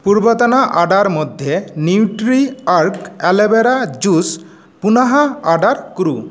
पूर्वतन आर्डर् मध्ये Nutriorg aloe vera juice पुनः आर्डर् कुरु